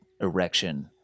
erection